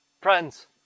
Friends